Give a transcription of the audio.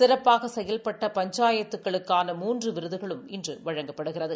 சிறப்பாக செயல்பட்ட பஞ்சாயத்துகளுக்கான மூன்று விருதுகளும் இன்று வழங்கப்படுகிறது